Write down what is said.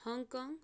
Hong Kong